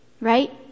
right